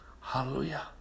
Hallelujah